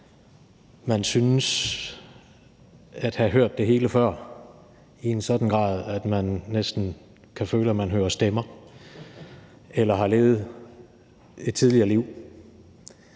man synes at have hørt det hele før – og det i en sådan grad, at man næsten kan føle, at man hører stemmer eller har levet et tidligere liv,